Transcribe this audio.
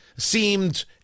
seemed